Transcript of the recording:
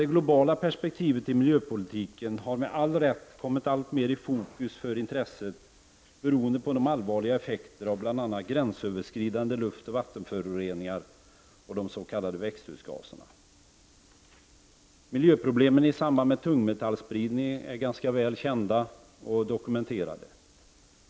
Det globala perspektivet i miljöpolitiken har med all rätt kommit alltmer i fokus för intresset beroende på de allvarliga effekterna av bl.a. gränsöverskridande luftoch vattenföroreningar samt de s.k. växthusgaserna. Miljöproblemen i samband med tungmetallspridning är ganska väl kända och dokumenterade.